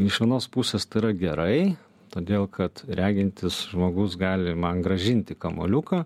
iš vienos pusės tai yra gerai todėl kad regintis žmogus gali man grąžinti kamuoliuką